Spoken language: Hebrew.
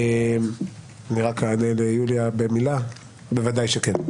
אני רק אענה ליוליה במילה: בוודאי שכן.